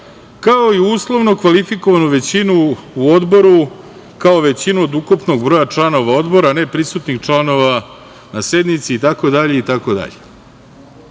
kao i uslovnu kvalifikovanu većinu u odboru, kao većinu od ukupnog broja članova odbora, a ne prisutnih članova na sednici itd. Tako